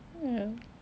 ya